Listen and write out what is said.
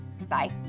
Bye